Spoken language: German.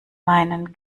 meinen